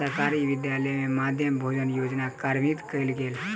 सरकारी विद्यालय में मध्याह्न भोजन योजना कार्यान्वित कयल गेल